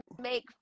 make